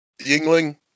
Yingling